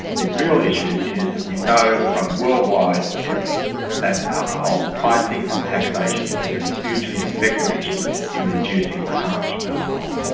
the real issue is that we know from worldwide evidence that alcohol pricing and taxation is a hugely effective instrument in reducing the harms from alcohol.